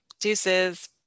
Deuces